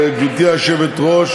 גברתי היושבת-ראש,